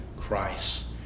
Christ